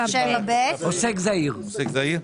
87ב. עוסק זעיר.